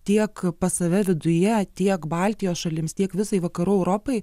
tiek pas save viduje tiek baltijos šalims tiek visai vakarų europai